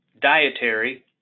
dietary